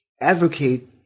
advocate